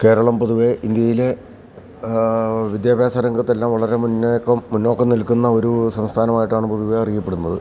കേരളം പൊതുവെ ഇന്ത്യയിലെ വിദ്യാഭ്യാസ രംഗത്ത് എല്ലാം വളരെ മുന്നേക്കം മുന്നോക്കം നിൽക്കുന്ന ഒരു സംസ്ഥാനമായിട്ടാണ് പൊതുവെ അറിയപ്പെടുന്നത്